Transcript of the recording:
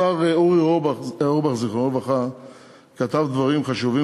השר אורי אורבך ז"ל כתב דברים חשובים,